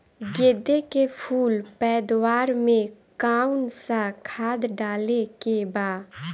गेदे के फूल पैदवार मे काउन् सा खाद डाले के बा?